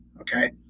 Okay